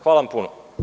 Hvala vam puno.